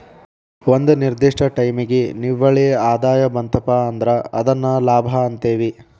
ಒಂದ ನಿರ್ದಿಷ್ಟ ಟೈಮಿಗಿ ನಿವ್ವಳ ಆದಾಯ ಬಂತಪಾ ಅಂದ್ರ ಅದನ್ನ ಲಾಭ ಅಂತೇವಿ